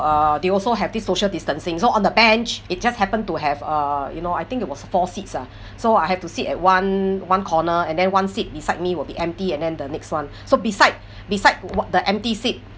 uh they also have this social distancing so on the bench it just happen to have uh you know I think it was four seats ah so I have to sit at one one corner and then one seat beside me will be empty and then the next one so beside beside the empty seat